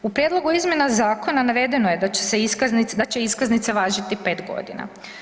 U prijedlogu izmjena zakona navedeno je da će iskaznice važiti pet godina.